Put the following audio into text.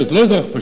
לא אזרח פשוט.